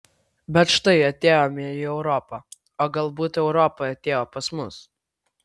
bet štai atėjome į europą o galbūt europa atėjo pas mus